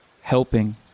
helping